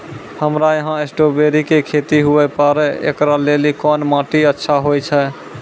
हमरा यहाँ स्ट्राबेरी के खेती हुए पारे, इकरा लेली कोन माटी अच्छा होय छै?